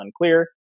unclear